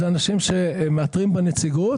זה אנשים שמאתרים בנציגות.